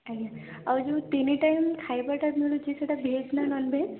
ଆଜ୍ଞା ଆଉ ଯେଉଁ ତିନି ଟାଇମ୍ ଖାଇବାଟା ମିଳୁଛି ସେଇଟା ଭେଜ୍ ନା ନନଭେଜ୍